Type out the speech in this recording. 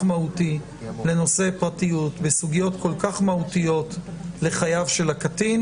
מהותי לנושא פרטיות בסוגיות כל כך מהותיות לחייו של הקטין